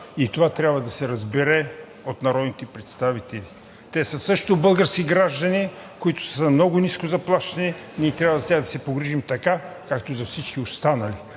и това трябва да се разбере от народните представители. Те са също български граждани, които са много ниско заплащани. Ние трябва сега да се погрижим така, както за всички останали,